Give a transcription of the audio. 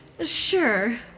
Sure